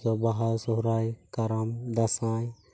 ᱵᱟᱦᱟ ᱥᱚᱦᱨᱟᱭ ᱠᱟᱨᱟᱢ ᱫᱟᱸᱥᱟᱭ